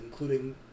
including